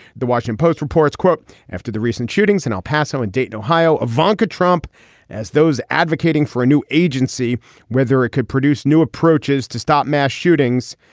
the washington post reports quote after the recent shootings in el paso in dayton ohio a van could trump as those advocating for a new agency whether it could produce new approaches to stop mass shootings.